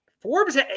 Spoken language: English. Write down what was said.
Forbes